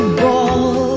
ball